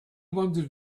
wanted